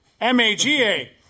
M-A-G-A